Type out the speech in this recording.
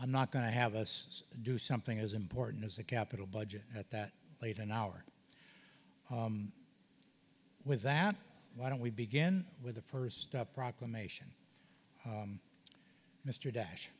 i'm not going to have us do something as important as a capital budget at that late an hour with that why don't we begin with the first up proclamation mr dash